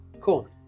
Cool